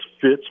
fits